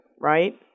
right